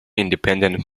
independent